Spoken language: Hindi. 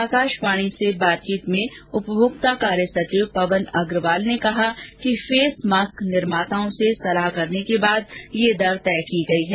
आकाशवाणी से बातचीत में उपभोक्ता कार्य सचिव पवन अग्रवाल ने कहा कि फेस मास्क निर्माताओं से सलाह करने के बाद ये दर तय की गई है